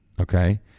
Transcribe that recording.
okay